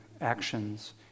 actions